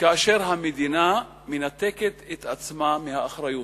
כאשר המדינה מנתקת את עצמה מהאחריות.